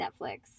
Netflix